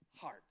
heart